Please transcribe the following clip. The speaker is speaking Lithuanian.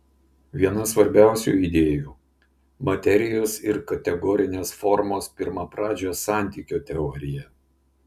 viena svarbiausių idėjų materijos ir kategorinės formos pirmapradžio santykio teorija